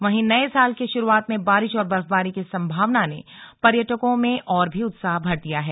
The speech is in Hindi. वहीं नये साल के शुरुआत में बारिश और बर्फबारी की संभावना ने पर्यटकों में और भी उत्साह भर दिया है